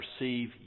receive